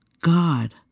God